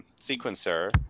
sequencer